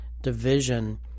division